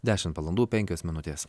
dešimt valandų penkios minutės